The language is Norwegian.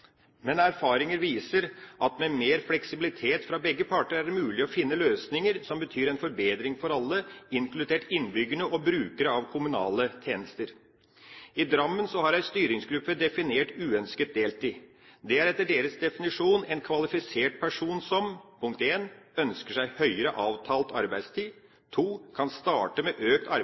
Men erfaringer viser at med mer fleksibilitet fra begge parter er det mulig å finne løsninger som betyr en forbedring for alle, inkludert innbyggerne og brukere av kommunale tjenester. I Drammen har en styringsgruppe definert uønsket deltid. Det er etter deres definisjon en kvalifisert person som: ønsker seg høyere avtalt arbeidstid kan starte med økt